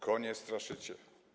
Konie straszycie.